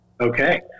Okay